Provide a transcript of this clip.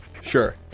Sure